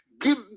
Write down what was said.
give